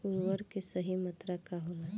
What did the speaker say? उर्वरक के सही मात्रा का होला?